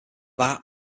that